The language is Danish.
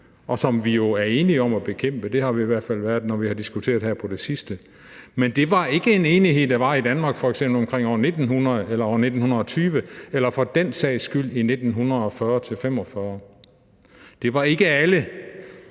og som vi jo er enige om at bekæmpe. Det har vi i hvert fald været, når vi har diskuteret her på det sidste, men det var ikke en enighed, der var i Danmark, f.eks. omkring år 1900 eller år 1920 eller for den sags skyld i 1940-45. Det var ikke alle,